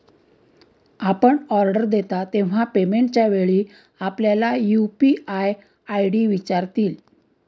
आपण ऑर्डर देता तेव्हा पेमेंटच्या वेळी आपल्याला यू.पी.आय आय.डी विचारतील